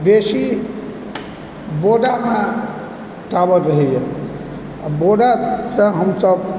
बेशी वोडामे टॉवर रहयए आ वोडाके हमसभ